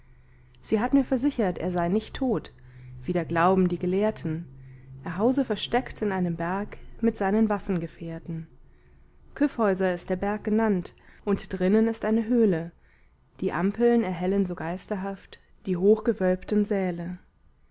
sie hat mir versichert er sei nicht tot wie da glauben die gelehrten er hause versteckt in einem berg mit seinen waffengefährten kyffhäuser ist der berg genannt und drinnen ist eine höhle die ampeln erhellen so geisterhaft die hochgewölbten säle